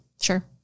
Sure